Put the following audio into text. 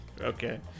Okay